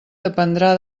dependrà